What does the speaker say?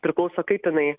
priklauso kaip jinai